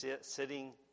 sitting